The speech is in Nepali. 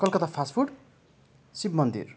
कलकत्ता फास्ट फुड शिव मन्दिर